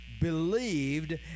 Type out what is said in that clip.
believed